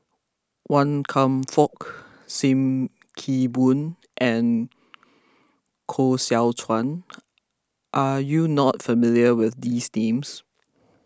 Wan Kam Fook Sim Kee Boon and Koh Seow Chuan are you not familiar with these names